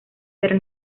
pero